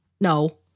no